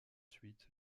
suite